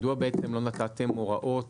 מדוע לא נתתם הוראות